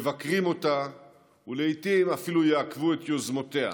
מבקרים אותה ולעיתים אפילו יעכבו בו את יוזמותיה.